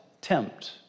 tempt